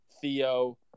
Theo